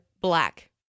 black